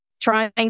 trying